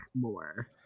more